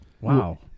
Wow